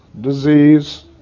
disease